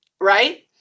Right